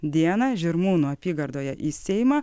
dieną žirmūnų apygardoje į seimą